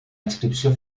inscripció